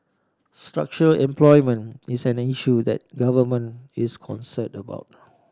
structural unemployment is an issue that the Government is concerned about